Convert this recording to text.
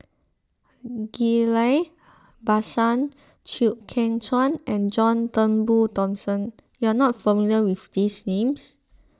Ghillie Basan Chew Kheng Chuan and John Turnbull Thomson you are not familiar with these names